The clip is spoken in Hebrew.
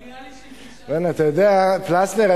פלסנר,